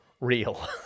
real